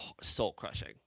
soul-crushing